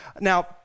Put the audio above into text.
Now